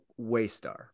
Waystar